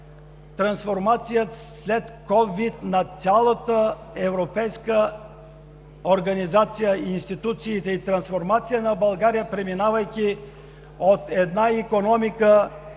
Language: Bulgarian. трансформация след COVID-19 на цялата европейска организация и институциите; трансформация на България, преминавайки от една икономика